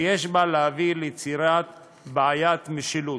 ויש בה להביא ליצירת בעיית משילות.